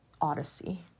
Odyssey